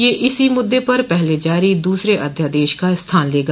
यह इसी मुद्दे पर पहले जारी दूसरे अध्यादेश का स्थान लेगा